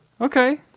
Okay